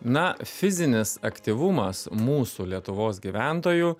na fizinis aktyvumas mūsų lietuvos gyventojų